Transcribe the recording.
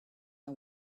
are